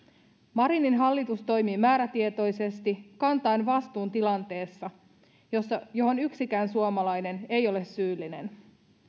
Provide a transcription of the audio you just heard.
marinin hallitus toimii määrätietoisesti kantaen vastuun tilanteessa johon yksikään suomalainen ei ole syyllinen